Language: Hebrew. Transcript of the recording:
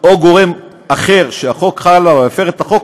או גורם אחר שהחוק חל עליו הפר את החוק,